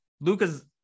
Luca's